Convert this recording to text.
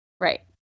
Right